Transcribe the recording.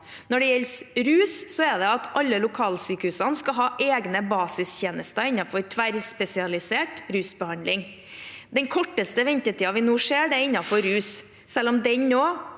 Når det gjelder rus, er politikken at alle lokalsykehusene skal ha egne basistjenester innenfor tverrspesialisert rusbehandling. Den korteste ventetiden vi nå ser, er innenfor rus, selv om den